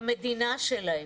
במדינה שלהם.